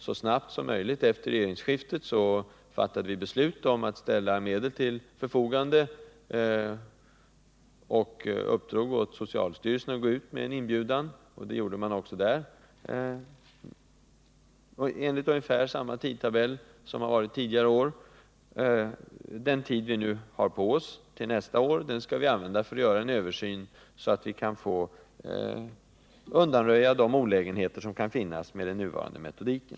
Så snart som möjligt efter regeringsskiftet fattade vi beslut om att ställa medel till förfogande och uppdrog åt socialstyrelsen att gå ut med en inbjudan — det gjorde den också — enligt ungefär samma tidtabell som har gällt tidigare år. Den tid som vi nu har på oss till nästa år skall vi använda för att göra en översyn så att vi kan undanröja de olägenheter som kan finnas med den nuvarande metodiken.